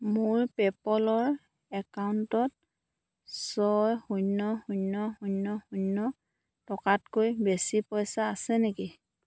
মোৰ পে'পলৰ একাউণ্টত ছয় শূন্য শূন্য শূন্য শূন্য টকাতকৈ বেছি পইচা আছে নেকি